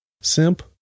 Simp